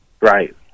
Right